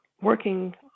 working